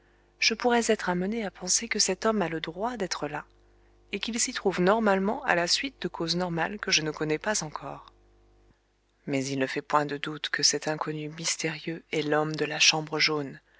je pourrais être amené à penser que cet homme a le droit d'être là et qu'il s'y trouve normalement à la suite de causes normales que je ne connais pas encore mais il ne fait point de doute que cet inconnu mystérieux est l'homme de la chambre jaune